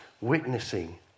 witnessing